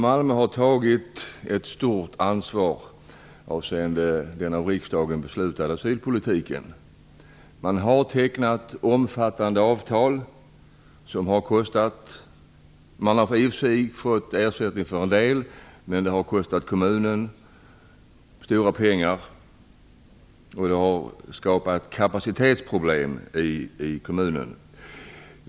Malmö har tagit ett stort ansvar när det gäller den asylpolitik som riksdagen har fattat beslut om. I Malmö har man tecknat omfattande avtal, och det har kostat mycket. Man har visserligen delvis fått ersättning, men det har ändå kostat kommunen stora summor. Det har skapat problem med kapaciteten i kommunen.